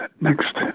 next